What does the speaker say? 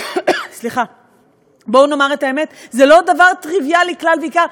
זה לא דבר טריוויאלי כלל ועיקר.